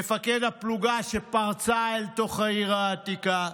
מפקד הפלוגה שפרצה אל תוך העיר העתיקה,